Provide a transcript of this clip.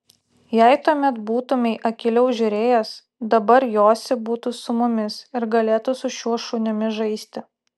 jei tuomet būtumei akyliau žiūrėjęs dabar josi būtų su mumis ir galėtų su šiuo šunimi žaisti